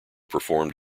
performed